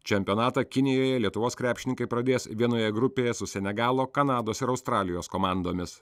čempionatą kinijoje lietuvos krepšininkai pradės vienoje grupėje su senegalo kanados ir australijos komandomis